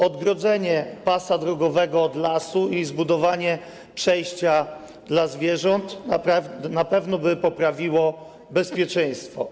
Odgrodzenie pasa drogowego od lasu i zbudowanie przejścia dla zwierząt na pewno poprawiłoby bezpieczeństwo.